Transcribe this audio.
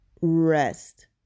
Rest